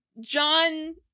john